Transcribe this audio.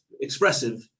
expressive